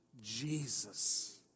Jesus